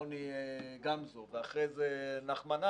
רוני גמזו ואחריו נחמן אש,